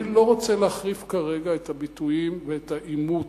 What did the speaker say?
אני לא רוצה להחריף כרגע את הביטויים ואת העימות,